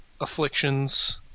afflictions